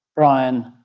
brian,